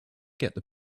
get